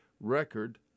record